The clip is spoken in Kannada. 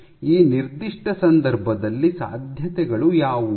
ಈ ನಿರ್ದಿಷ್ಟ ಸಂದರ್ಭದಲ್ಲಿ ಸಾಧ್ಯತೆಗಳು ಯಾವುವು